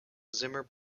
zimmer